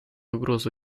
угрозу